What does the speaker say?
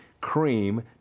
Cream